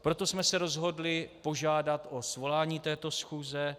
Proto jsme se rozhodli požádat o svolání této schůze.